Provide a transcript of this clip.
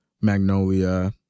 Magnolia